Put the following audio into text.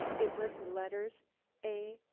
it was the letters a.